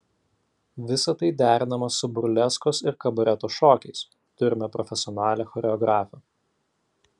visa tai derinama su burleskos ir kabareto šokiais turime profesionalią choreografę